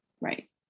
right